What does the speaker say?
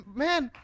man